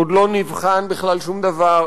עוד לא נבחן בכלל שום דבר,